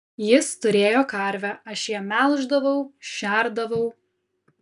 jis turėjo karvę aš ją melždavau šerdavau